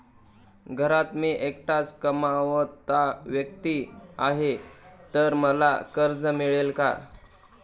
घरात मी एकटाच कमावता व्यक्ती आहे तर मला कर्ज मिळेल का?